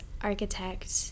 architect